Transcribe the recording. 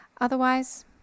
Otherwise